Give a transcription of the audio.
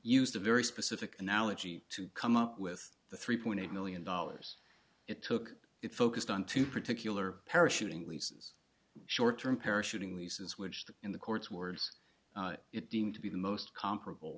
used a very specific analogy to come up with the three point eight million dollars it took it focused on two particular parachuting leases short term parachuting leases which the in the courts words it deemed to be the most comparable